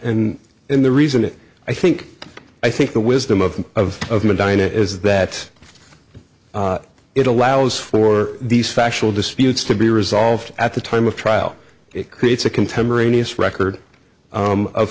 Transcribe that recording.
and in the reason it i think i think the wisdom of the of of medina is that it allows for these factual disputes to be resolved at the time of trial it creates a contemporaneous record